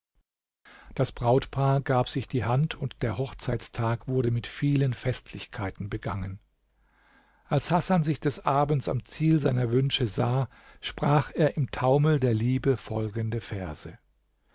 das brautpaar gab sich die hand und der hochzeitstag wurde mit vielen festlichkeiten begangen als hasan sich des abends am ziel seiner wünsche sah sprach er im taumel der liebe folgende verse